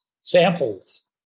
samples